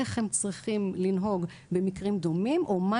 איך הם צריכים לנהוג במקרים דומים או מה